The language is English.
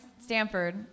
Stanford